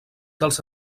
dels